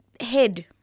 head